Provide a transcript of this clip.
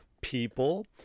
people